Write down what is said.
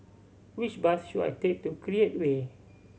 which bus should I take to Create Way